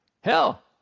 hell